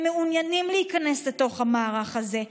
הם מעוניינים להיכנס לתוך המערך הזה.